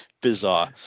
bizarre